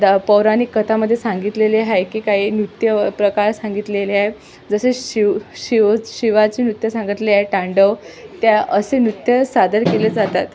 दा पौराणिक कथामध्ये सांगितलेले आहे की काही नृत्य प्रकार सांगितलेले आहे जसे शिव शिव शिवाचे नृत्य सांगितले आहे तांडव त्या असे नृत्य सादर केले जातात